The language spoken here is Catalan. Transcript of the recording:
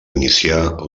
iniciar